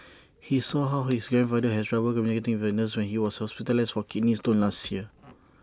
he saw how his grandfather has trouble communicating with A nurse when he was hospitalised for kidney stones last year